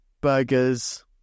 burgers